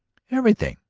everything!